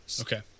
Okay